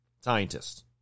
scientists